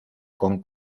con